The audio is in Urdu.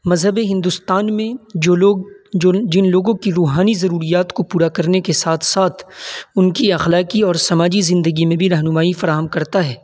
مذہب ہندوستان میں جو لوگ جن لوگوں کی روحانی ضروریات کو پورا کرنے کے ساتھ ساتھ ان کی اخلاقی اور سماجی زندگی میں بھی رہنمائی فراہم کرتا ہے